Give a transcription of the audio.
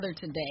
today